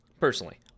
personally